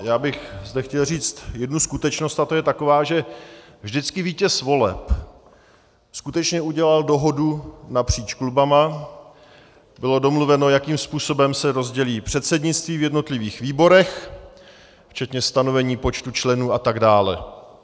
Chtěl bych zde říct jednu skutečnost, a to je taková, že vždycky vítěz voleb skutečně udělal dohodu napříč kluby, bylo domluveno, jakým způsobem se rozdělí předsednictví v jednotlivých výborech, včetně stanovení počtu členů a tak dále.